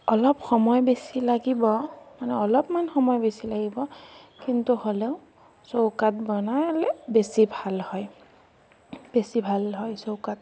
অলপ সময় বেছি লাগিব মানে অলপমান সময় বেছি লাগিব কিন্তু হ'লেও চৌকাত বনালে বেছি ভাল হয় বেছি ভাল হয় চৌকাত